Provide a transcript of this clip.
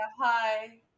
hi